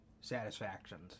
satisfactions